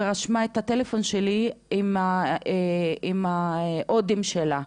והיא רשמה את הטלפון שלי עם האודם שלה.